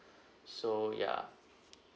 so yeah